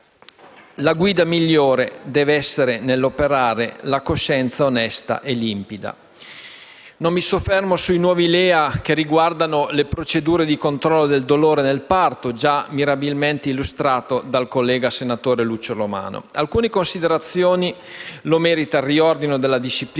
la guida migliore nell'operare deve essere la coscienza onesta e limpida. Non mi soffermo sui nuovi LEA, che riguardano le procedure di controllo del dolore nel parto, già mirabilmente illustrati dal collega senatore Lucio Romano. Alcune considerazioni le merita il riordino della disciplina